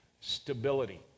stability